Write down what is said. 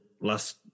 last